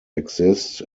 exist